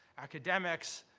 academics,